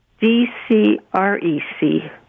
D-C-R-E-C